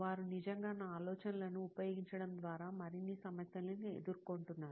వారు నిజంగా నా ఆలోచనలను ఉపయోగించడం ద్వారా మరిన్ని సమస్యలను ఎదుర్కొంటున్నారు